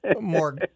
more